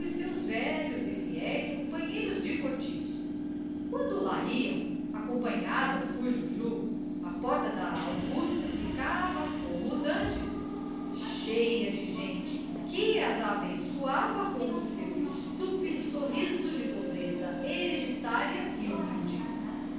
seus velhos e fiéis companheiros de cortiço quando lá iam acompanhadas por juju a porta da augusta ficava como dantes cheia de gente que as abençoava com o seu estúpido sorriso de pobreza hereditária e humilde